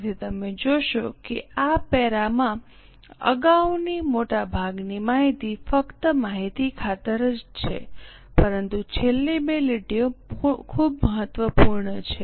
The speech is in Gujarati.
તેથી તમે જોશો કે આ પેરામાં અગાઉની મોટાભાગની માહિતી ફક્ત માહિતી ખાતર જ છે પરંતુ છેલ્લી બે લીટીઓ ખૂબ મહત્વપૂર્ણ છે